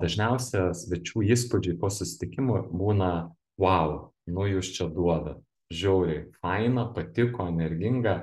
dažniausia svečių įspūdžiai po susitikimo būna vau nu jūs čia duoda žiauriai faina patiko energinga